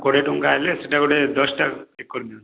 କୋଡ଼ିଏ ଟଙ୍କା ହେଲେ ସେଇଟା ଗୁଟେ ଦଶଟା ପେକ୍ କରି ଦିଅନ୍ତୁ